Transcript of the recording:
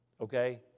okay